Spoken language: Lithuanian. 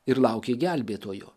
ir laukė gelbėtojų